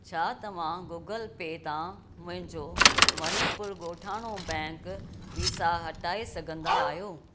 छा तव्हां गूगल पे तां मुंहिंजो मणिपुर गो॒ठाणो बैंक वीज़ा हटाए सघंदा आहियो